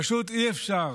פשוט אי-אפשר